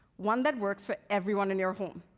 one that works for everyone in your home.